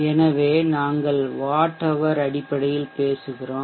எனவே நாங்கள் வாட்ஹவர் அடிப்படையில் பேசுகிறோம்